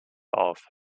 auf